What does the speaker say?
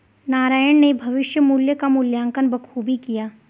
नारायण ने भविष्य मुल्य का मूल्यांकन बखूबी किया